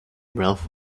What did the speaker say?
ralph